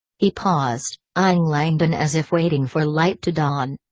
he paused, eyeing langdon as if waiting for light to dawn.